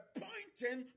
pointing